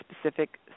specific